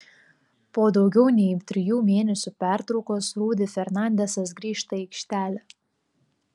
po daugiau nei trijų mėnesių pertraukos rudy fernandezas grįžta į aikštelę